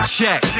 Check